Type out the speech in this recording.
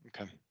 Okay